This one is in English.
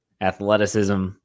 athleticism